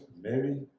Mary